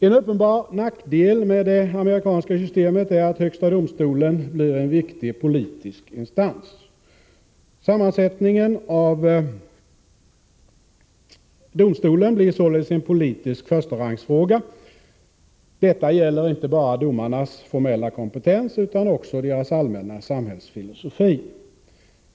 En uppenbar nackdel med det amerikanska systemet är att högsta domstolen blir en viktig politisk instans. Sammansättningen av domstolen blir således en politisk förstarangsfråga. Detta gäller inte bara domarnas formella kompetens utan också deras allmänna samhällsfilosofi.